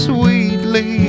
Sweetly